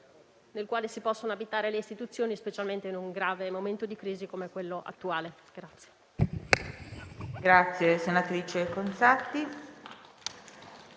il quale si possono abitare le istituzioni, specialmente in un grave momento di crisi come quello attuale.